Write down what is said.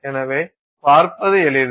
எனவே பார்ப்பது எளிது